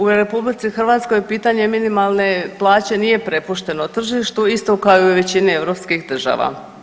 U RH pitanje minimalne plaće nije prepušteno tržištu isto kao i u većini europskih država.